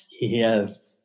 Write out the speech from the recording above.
Yes